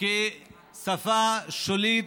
שפה שולית,